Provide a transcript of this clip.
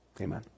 Amen